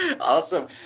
awesome